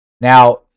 Now